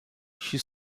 she